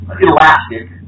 elastic